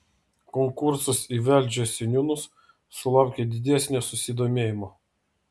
konkursas į velžio seniūnus sulaukė didesnio susidomėjimo